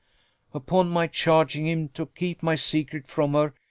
upon my charging him to keep my secret from her,